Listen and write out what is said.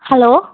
hello